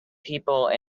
people